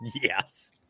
yes